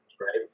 right